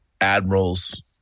admirals